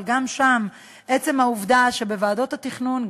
אבל עצם העובדה שבוועדות התכנון,